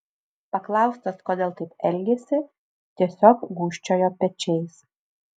paklaustas kodėl taip elgėsi tiesiog gūžčiojo pečiais